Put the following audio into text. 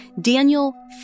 Daniel